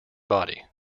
body